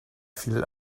viel